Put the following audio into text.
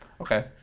Okay